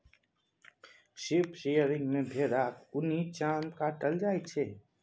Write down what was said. sheep shearing मे भेराक उनी चाम काटल जाइ छै